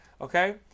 okay